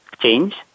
change